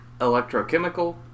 electrochemical